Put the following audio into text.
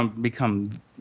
become